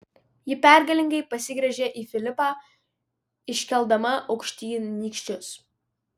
ji pergalingai pasigręžė į filipą iškeldama aukštyn nykščius